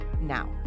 now